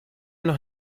noch